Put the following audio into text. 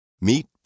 Meet